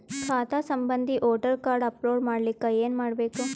ಖಾತಾ ಸಂಬಂಧಿ voter card upload ಮಾಡಲಿಕ್ಕೆ ಏನ ಮಾಡಬೇಕು?